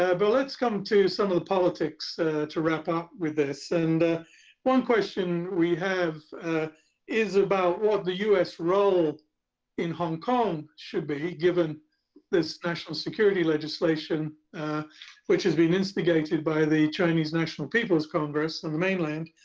yeah but let's come to some of the politics to wrap up with this. and one question we have is about what the us role in hong kong should be, given this national security legislation which has been instigated by the chinese national people's congress on the mainland.